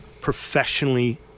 professionally